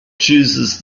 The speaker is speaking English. chooses